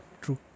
True